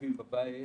שיושבים בבית,